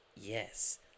yes